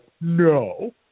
no